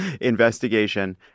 investigation